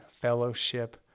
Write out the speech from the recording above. fellowship